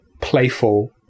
playful